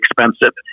expensive